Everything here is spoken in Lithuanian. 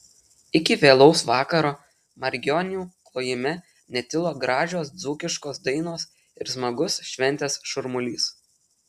iki vėlaus vakaro margionių klojime netilo gražios dzūkiškos dainos ir smagus šventės šurmulys